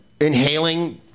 inhaling